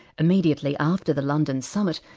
immediately after the london summit,